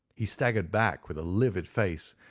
he staggered back with a livid face,